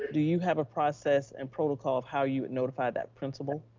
do you have a process and protocol of how you would notify that principal?